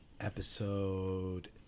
episode